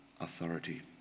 authority